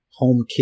HomeKit